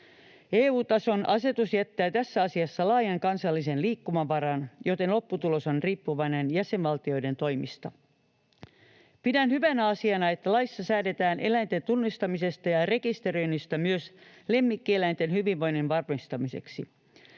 EU-tason asetus jättää tässä asiassa laajan kansallisen liikkumavaran, joten lopputulos on riippuvainen jäsenvaltioiden toimista. Pidän hyvänä asiana, että laissa säädetään eläinten tunnistamisesta ja rekisteröinnistä myös lemmikkieläinten hyvinvoinnin varmistamiseksi.